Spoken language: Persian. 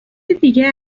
دیگه